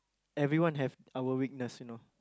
everyone have our weakness you know